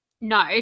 No